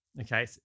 Okay